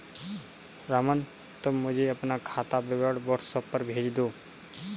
रमन, तुम मुझे अपना खाता विवरण व्हाट्सएप पर भेज दो